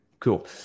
Cool